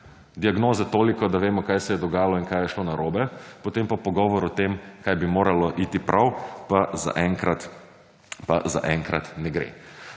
Diagnoza, toliko da vemo, kaj se je dogajalo in kaj je šlo narobe, potem pa pogovor o tem, kaj bi moralo iti prav, pa zaenkrat ne gre.